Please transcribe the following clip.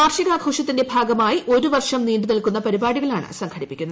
വാർഷികാ ഘോഷത്തിന്റെ ഭാഗമായി ഒരുവർഷം നീണ്ടുനിൽക്കുന്ന പരിപാടിക ളാണ് സംഘടിപ്പിക്കുന്നത്